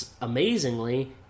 amazingly